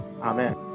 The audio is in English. Amen